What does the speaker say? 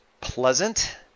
pleasant